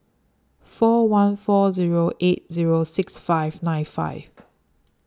four one four Zero eight Zero six five nine five